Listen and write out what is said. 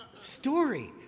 Story